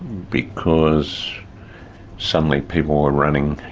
because suddenly people were running,